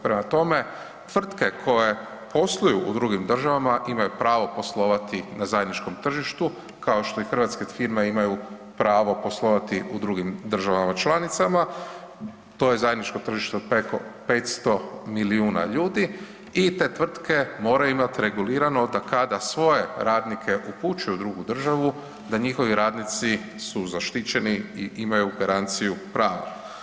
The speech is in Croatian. Prema tome, tvrtke koje posluju u drugim državama imaju pravo poslovati na zajedničkom tržištu kao što i hrvatske firme imaju pravo poslovati u drugim državama članicama, to je zajedničko tržište od preko 500 milijuna ljudi i te tvrtke moraju imat regulirano da kada svoje radnike upućuju u drugu državu da njihovi radnici su zaštićeni i imaju garanciju prava.